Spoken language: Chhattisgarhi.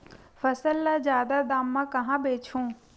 फसल ल जादा दाम म कहां बेचहु?